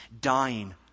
dying